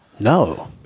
No